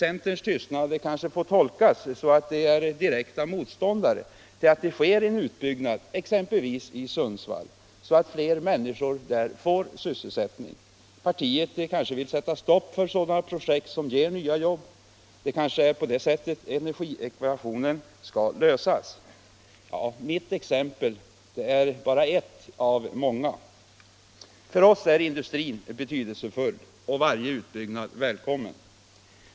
Centerns tystnad kanske får tolkas på det sättet att centerpartisterna är direkta motståndare till att det sker en utbyggnad exempelvis i Sundsvall, så att fler människor där får sysselsättning? Partiet kanske vill sätta stopp för sådana projekt som ger nya jobb? Det kanske är på det sättet energiekvationen skall lösas? Mitt exempel är bara ett av många. För oss är industrin betydelsefull och varje utbyggnad välkommen.